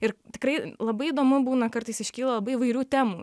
ir tikrai labai įdomu būna kartais iškyla labai įvairių temų